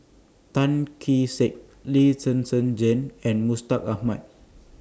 Tan Kee Sek Lee Zhen Zhen Jane and Mustaq Ahmad